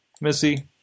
Missy